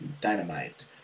dynamite